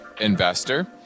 investor